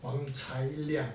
err wang cai liang